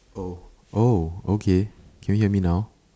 oh oh okay can you hear me now